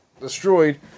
destroyed